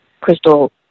crystal